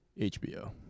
HBO